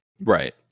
right